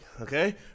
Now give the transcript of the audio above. Okay